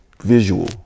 visual